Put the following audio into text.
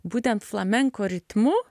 būtent flamenko ritmu